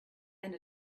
and